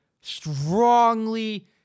strongly